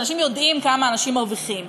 שאנשים יודעים כמה אנשים מרוויחים,